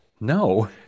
No